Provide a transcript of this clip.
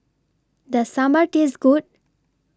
Does Sambar Taste Good